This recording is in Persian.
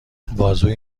بازوی